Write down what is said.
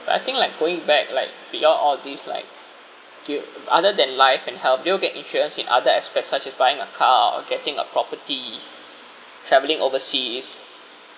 but I think like going back like beyond all these like get other than life and health do you get insurance in other aspects such as buying a car or getting a property travelling overseas